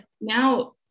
now